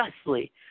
justly